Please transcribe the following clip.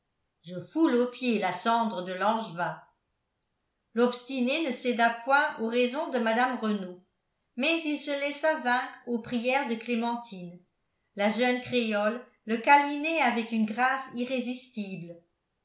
je foule aux pieds la cendre de langevin l'obstiné ne céda point aux raisons de mme renault mais il se laissa vaincre aux prières de clémentine la jeune créole le câlinait avec une grâce irrésistible